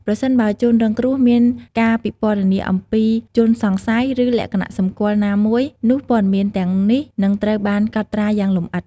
ប្រសិនបើជនរងគ្រោះមានការពិពណ៌នាអំពីជនសង្ស័យ ឬលក្ខណៈសម្គាល់ណាមួយ នោះព័ត៌មានទាំងនេះនឹងត្រូវបានកត់ត្រាយ៉ាងលម្អិត។